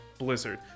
blizzard